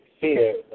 fear